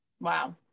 Wow